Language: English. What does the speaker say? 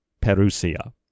Perusia